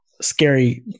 scary